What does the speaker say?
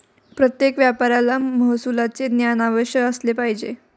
प्रत्येक व्यापाऱ्याला महसुलाचे ज्ञान अवश्य असले पाहिजे